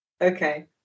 Okay